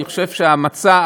אני חושב שהמצע,